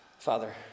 Father